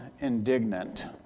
indignant